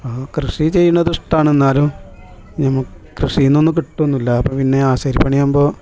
കൃഷി ചെയ്യണത് ഇഷ്ട്ടമാണ് എന്നാലും ഞമ്മ കൃഷിയിൽ നിന്നൊന്നും കിട്ടുവൊന്നുമില്ല അപ്പോൾ പിന്നെ ആശാരിപ്പണിയാകുമ്പോൾ